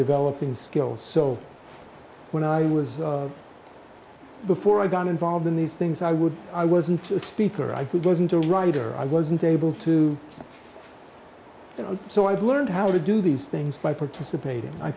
developing skills so when i was before i got involved in these things i would i wasn't a speaker i wasn't a writer i wasn't able to you know so i've learned how to do these things by participating i